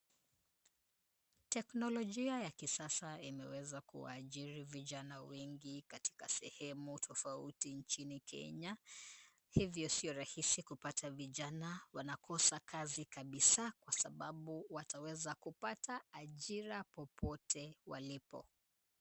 Teknologia ya kisasa imeweza kuwaajiri vijana wengi katika sehemu tofauti nchini Kenya, hivyo sio rahisi kupata vijana wanakosa kazi kabisa kwasababu wataweza kupata ajira popote walipo.